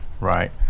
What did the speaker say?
right